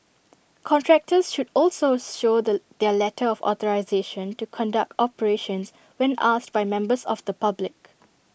contractors should also show the their letter of authorisation to conduct operations when asked by members of the public